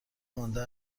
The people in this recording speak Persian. مانده